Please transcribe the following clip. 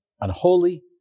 unholy